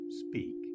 speak